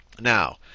Now